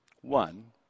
One